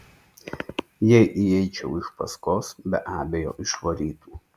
jeigu įeičiau iš paskos be abejo išvarytų